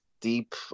Deep